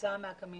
כתוצאה מהקמין.